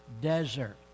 desert